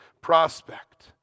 prospect